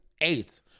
eight